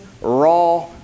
raw